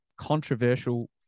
controversial